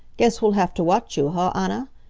guess we'll have to watch you, huh, anna?